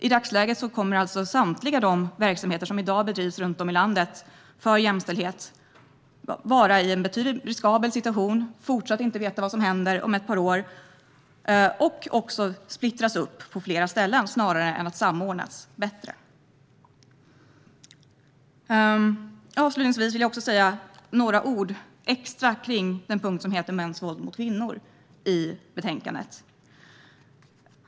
I dagsläget kommer alltså samtliga av de verksamheter som i dag bedrivs runt om i landet för jämställdhet att vara i en klart riskabel situation. Man kommer fortsatt inte att veta vad som händer om ett par år, och verksamheterna kommer att splittras upp på flera ställen snarare än att samordnas bättre. Avslutningsvis vill jag säga några extra ord kring betänkandets punkt om det som heter mäns våld mot kvinnor.